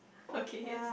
okay yes